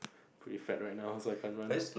pretty fat right now so I can't run